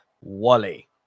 Wally